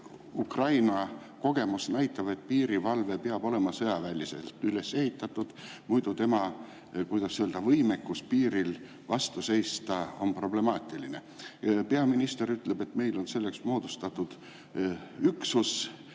Ukraina kogemus näitab, piirivalve peab olema sõjaväeliselt üles ehitatud, muidu tema, kuidas öelda, võimekus piiril vastu seista on problemaatiline. Peaminister ütleb, et meil on selleks moodustatud üksus,